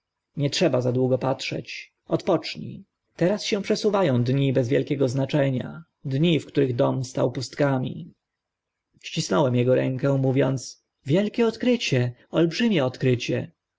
nie trzeba za długo patrzeć odpocznij teraz się przesuwa ą dni bez wielkiego znaczenia dni w których dom stał pustkami ścisnąłem ego rękę mówiąc wielkie odkrycie olbrzymie odkrycie